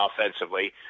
offensively